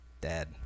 Dad